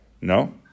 No